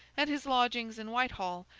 at his lodgings in whitehall,